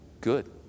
good